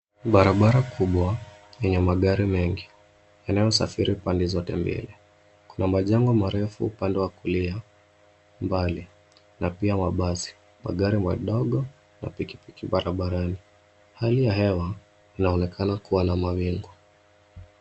Barabara kubwa yenye magari mengi yanayosafiri pande zote mbili. Kuna majengo marefu upande wa kulia mbali na pia wa basi, magari madogo na pikipiki barabarani. Hali ya hewa inaonekana kuwa na mawingu.